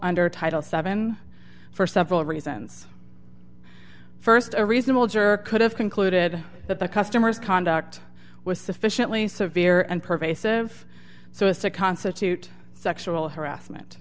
under title seven for several reasons st a reasonable juror could have concluded that the customer's conduct was sufficiently severe and pervasive so as to constitute sexual harassment